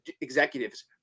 executives